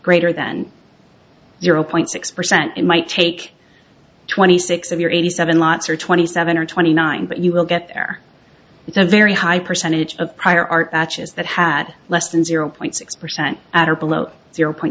greater than your zero point six percent it might take twenty six of your eighty seven lots or twenty seven or twenty nine but you will get there is a very high percentage of prior art is that had less than zero point six percent at or below zero point